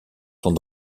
sont